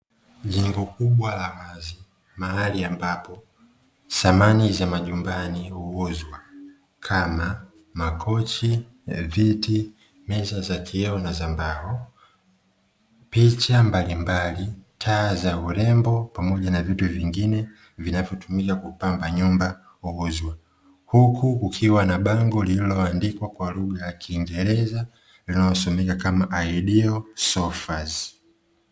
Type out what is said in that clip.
Jengo kubwa la wazi, mahali ambapo samani za majumbani huuzwa kama: makochi, viti, meza za kioo na za mbao; picha mbalimbali, taa za urembo pamoja na vitu vingine vinavyotumika kupamba nyumba, huuzwa. Huku kukiwa na bango lililoandikwa kwa lugha ya kingereza linalosomeka kama "Ideal Sofas".